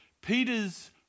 Peter's